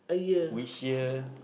which year